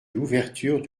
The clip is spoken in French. l’ouverture